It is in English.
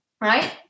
Right